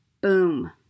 Boom